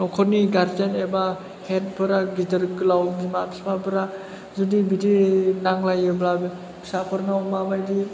न'खरनि गारजेन एबा हेद फोरा गिदिर गोलाव बिमा बिफाफोरा जुदि बिदि नांलायोब्ला फिसाफोरनाव माबादि